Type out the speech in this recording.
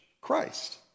Christ